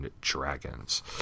Dragons